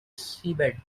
seabed